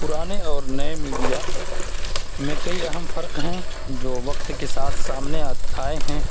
پرانے اور نئے میڈیا میں کئی اہم فرق ہیں جو وقت کے ساتھ سامنے آئے ہیں